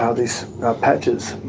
ah these ah patches,